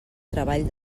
treball